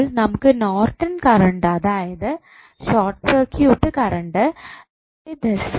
ഇപ്പോൾ നമുക്ക് Norton current അതായത് ഷോർട്ട് സർക്യൂട്ട് കറണ്ട് 4